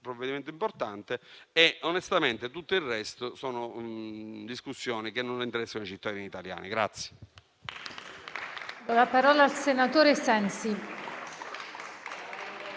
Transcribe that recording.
provvedimento importante e, onestamente, tutto il resto sono discussioni che non interessano ai cittadini italiani.